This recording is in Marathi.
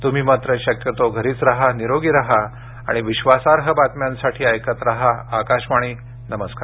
तुम्ही मात्र शक्यतो घरीच राहा निरोगी राहा आणि विश्वासार्ह बातम्यांसाठी ऐकत राहा आकाशवाणी नमस्कार